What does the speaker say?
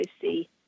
see